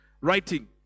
writing